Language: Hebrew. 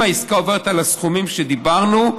אם העסקה היא על הסכומים שדיברנו,